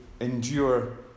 endure